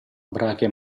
brache